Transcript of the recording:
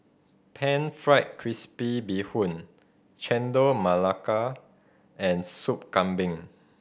Pan Fried Crispy Bee Hoon Chendol Melaka and Soup Kambing